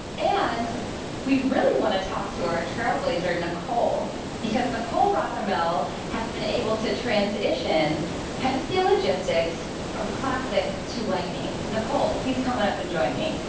and we really wanna talk to our trailblazer nicole because nicole rothermel has been able to transition penske logistics from classic to lightning. nicole, please come on up and join me.